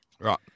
Right